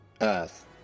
Earth